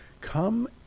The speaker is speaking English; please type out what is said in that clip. Come